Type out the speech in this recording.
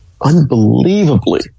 unbelievably